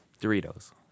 Doritos